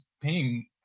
paying